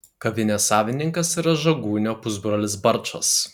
kavinės savininkas yra žagūnio pusbrolis barčas